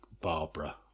Barbara